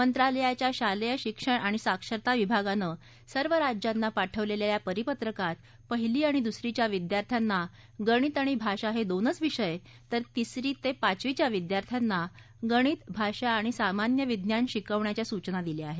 मंत्रालयाच्या शालेय शिक्षण आणि साक्षरता विभागानं सर्व राज्यांना पाठवलेल्या या परिपत्रकात पहिली आणि दुसरीच्या विद्यार्थ्यांना गणित आणि भाषा हे दोनच विषय तर तिसरी ते पाचवीच्या विद्यार्थ्यांना गणित भाषा आणि सामान्य विज्ञान शिकवण्याच्या सूचना दिल्या आहेत